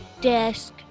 Desk